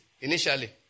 initially